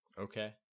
Okay